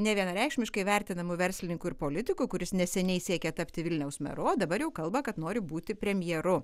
nevienareikšmiškai vertinamu verslininku ir politiku kuris neseniai siekė tapti vilniaus meru o dabar jau kalba kad nori būti premjeru